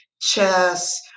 chess